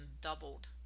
doubled